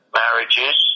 marriages